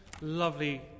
Lovely